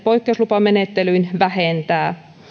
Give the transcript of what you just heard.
poikkeuslupamenettelyin vähentää